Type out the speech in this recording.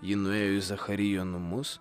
ji nuėjo į zacharijo namus